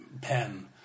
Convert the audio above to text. pen